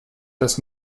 des